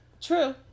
True